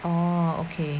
orh okay